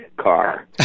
car